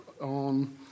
on